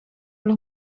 los